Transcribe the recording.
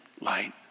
light